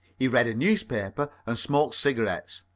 he read a newspaper and smoked cigarettes.